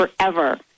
forever